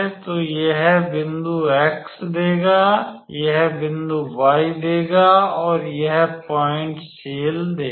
तो तो यह बिंदु x देगा यह बिंदु y देगा और यह पॉइंट सेल देगा